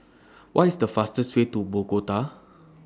What IS The fastest Way to Bogota